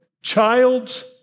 child's